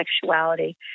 sexuality